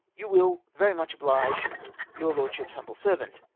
you will very much oblige your lordship's humble servant,